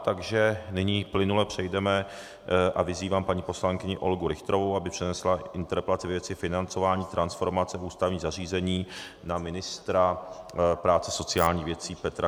Takže nyní plynule přejdeme a vyzývám paní poslankyni Olgu Richterovou, aby přednesla interpelaci ve věci financování transformace ústavních zařízení na ministra práce a sociálních věcí Petra Krčála.